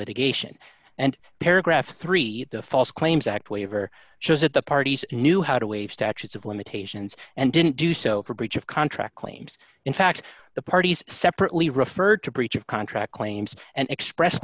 litigation and paragraph three the false claims act waiver shows that the parties knew how to waive statutes of limitations and didn't do so for breach of contract claims in fact the parties separately referred to breach of contract claims and express